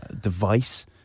device